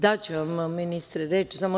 Daću vam ministre reč.